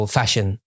fashion